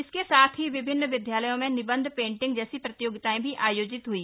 इसके साथ ही विभिन्न विद्यालयों में निबन्ध पेटिंग जैसी प्रतियोगिताएं भी आयोजित हुई